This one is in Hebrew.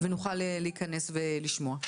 ונוכל להיכנס ולשמוע.